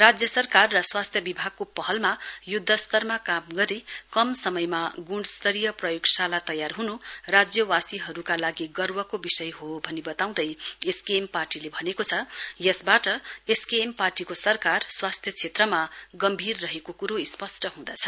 राज्य सरकार र स्वास्थ्य विभागको पहलमा युद्धस्तरमा काम गरी कम समयमा गुणस्तरीय प्रयोगशाला तैयार हुनु राज्यवासीहरूका लागि गर्वको विषय हो भनी बताउँदै एसकेएम पार्टीले भनेको छ यसबाट एसकेएम पार्टीको सरकार स्वास्थ्य क्षेत्रमा गम्भीर रहेको कुरो स्पष्ट हुँदैछ